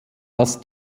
das